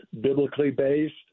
biblically-based